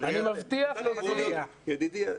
אריאל,